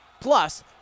Plus